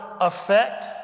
effect